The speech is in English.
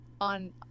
on